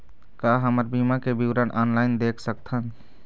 का हमर बीमा के विवरण ऑनलाइन देख सकथन?